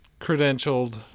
credentialed